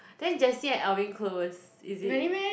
then Jessie and Alvin close is it